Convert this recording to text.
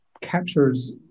captures